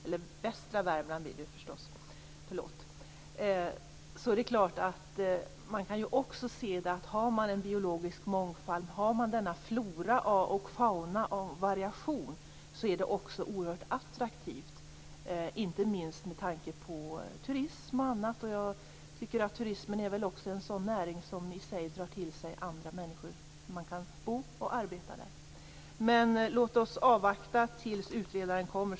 Man kan naturligtvis se det som så, att om man har en biologisk mångfald och denna flora och fauna av variation är det oerhört attraktivt, inte minst med tanke på turism. Jag tycker att turismen väl också är en sådan näring som drar till sig andra människor som kan bo och arbeta där. Låt oss avvakta tills utredningen kommer.